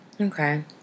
Okay